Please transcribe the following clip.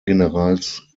generals